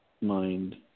mind